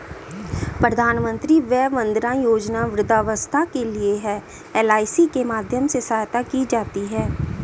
प्रधानमंत्री वय वंदना योजना वृद्धावस्था के लिए है, एल.आई.सी के माध्यम से सहायता की जाती है